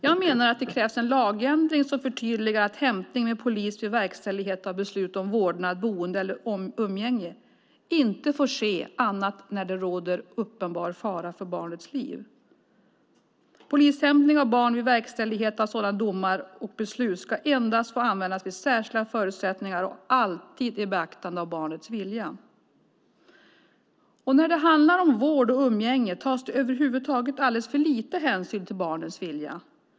Jag menar att det krävs en lagändring som förtydligar att hämtning med polis vid verkställighet av beslut om vårdnad, boende eller umgänge inte får ske annat än om det råder uppenbar fara för barnets liv. Polishämtning av barn vid verkställighet av sådana domar och beslut ska endast få användas under särskilda förutsättningar och alltid med beaktande av barnets vilja. När det handlar om vård och umgänge tas det över huvud taget alldeles för lite hänsyn till barnens vilja.